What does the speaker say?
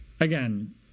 again